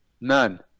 none